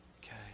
Okay